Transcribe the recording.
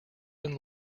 and